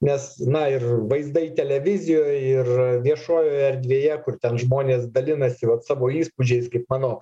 nes na ir vaizdai televizijoj ir viešojoje erdvėje kur ten žmonės dalinasi vat savo įspūdžiais kaip mano